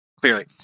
clearly